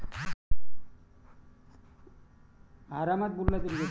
KYC म्हनून मले आधार कार्डाचा वापर करता येईन का?